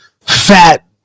fat